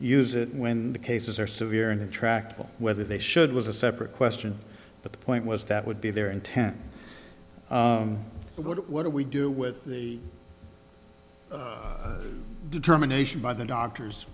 use it when the cases are severe and intractable whether they should was a separate question but the point was that would be their intent but what do we do with the determination by the doctors